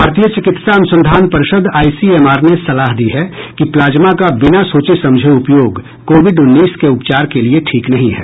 भारतीय चिकित्सा अनुसंधान परिषद आई सी एम आर ने सलाह दी है कि प्लाज्मा का बिना सोचे समझे उपयोग कोविड उन्नीस के उपचार के लिए ठीक नहीं है